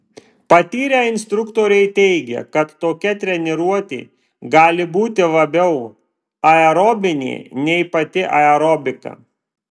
patyrę instruktoriai teigia kad tokia treniruotė gali būti labiau aerobinė nei pati aerobika